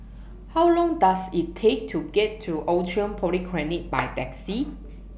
How Long Does IT Take to get to Outram Polyclinic By Taxi